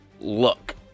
look